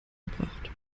gebracht